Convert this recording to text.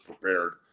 prepared